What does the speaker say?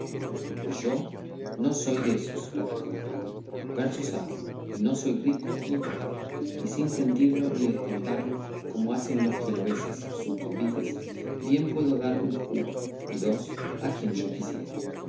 pues yo no soy désos replicó el paje versos hago y no soy rico ni pobre y sin sentirlo ni descontarlo como hacen los ginoveses sus convites bien puedo dar un escudo y dos a quien yo quisiere